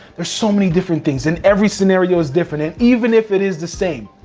there's so many different things, and every scenario is different. and even if it is the same,